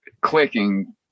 clicking